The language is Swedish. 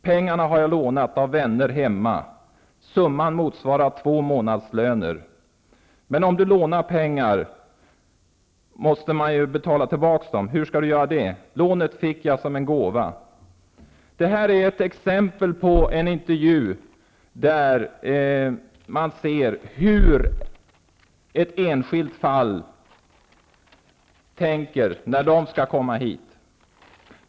Pengarna har jag lånat av vänner hemma. -- Men om du lånar pengar, måste du ju betala tillbaka dem. Hur skall du kunna göra det? -- Lånet fick jag som en gåva. Detta var ett exempel på en intervju. Där ser man hur en enskild person tänker när han skall komma hit.